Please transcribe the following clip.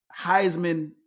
Heisman